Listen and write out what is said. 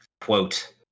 Quote